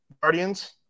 Guardians